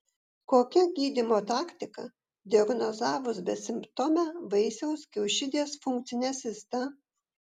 kokia gydymo taktika diagnozavus besimptomę vaisiaus kiaušidės funkcinę cistą